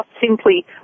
simply